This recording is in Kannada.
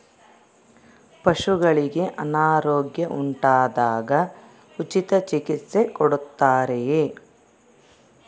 ಪಶುಗಳಿಗೆ ಅನಾರೋಗ್ಯ ಉಂಟಾದಾಗ ಉಚಿತ ಚಿಕಿತ್ಸೆ ಕೊಡುತ್ತಾರೆಯೇ?